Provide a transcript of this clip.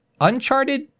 Uncharted